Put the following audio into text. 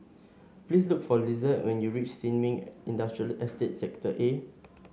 please look for Lizette when you reach Sin Ming Industrial Estate Sector A